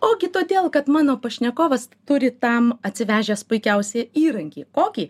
ogi todėl kad mano pašnekovas turi tam atsivežęs puikiausią įrankį kokį